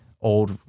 old